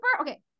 Okay